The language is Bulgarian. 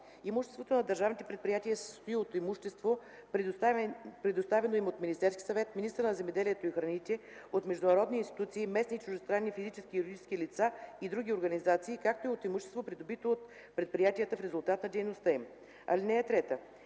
Имуществото на държавните предприятия се състои от имущество, предоставено им от Министерския съвет, министъра на земеделието и храните, от международни институции, местни и чуждестранни физически, юридически лица и други организации, както и от имущество, придобито от предприятията в резултат на дейността им. (3)